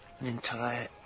entire